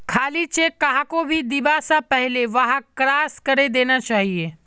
खाली चेक कहाको भी दीबा स पहले वहाक क्रॉस करे देना चाहिए